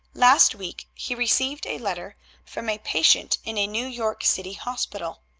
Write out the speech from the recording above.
last week he received a letter from a patient in a new york city hospital.